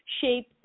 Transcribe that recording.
shape